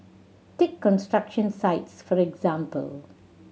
take construction sites for example